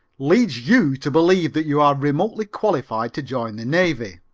leads you to believe that you are remotely qualified to join the navy?